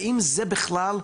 האם זה בכלל,